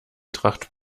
tracht